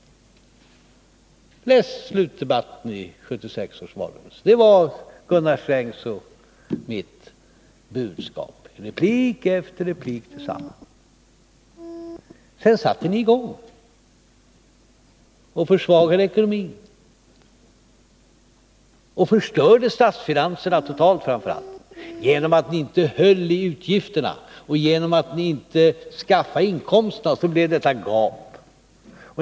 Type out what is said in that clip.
Läs slutdebatten i 1976 års valrörelse. Det var Gunnar Strängs och mitt budskap. detsamma i replik efter replik. Sedan satte ni i gång och försvagade ekonomin, och framför allt förstörde ni statsfinanserna totalt. Genom att ni inte höll i utgifterna och genom att ni inte skaffade inkomster blev det ett gap.